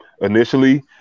initially